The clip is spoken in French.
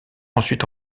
ensuite